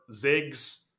Ziggs